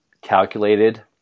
calculated